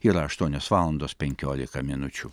yra aštuonios valandos penkiolika minučių